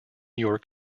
york